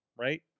Right